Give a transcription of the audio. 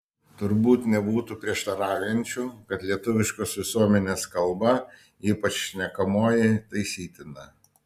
turbūt nebūtų prieštaraujančių kad lietuviškos visuomenės kalba ypač šnekamoji taisytina